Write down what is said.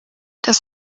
das